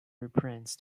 reprints